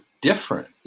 different